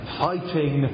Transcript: fighting